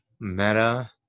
meta